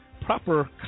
proper